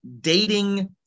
Dating